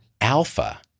alpha